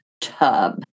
tub